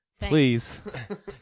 Please